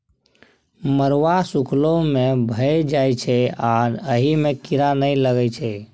मरुआ सुखलो मे भए जाइ छै आ अहि मे कीरा नहि लगै छै